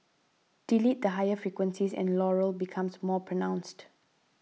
delete the higher frequencies and Laurel becomes more pronounced